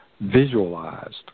visualized